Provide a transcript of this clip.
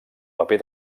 paper